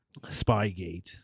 Spygate